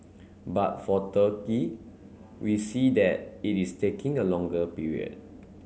but for Turkey we see that it is taking a longer period